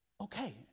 Okay